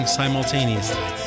simultaneously